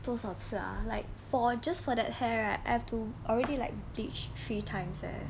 多少次 ah like for just for that hair right I already have to bleach three times eh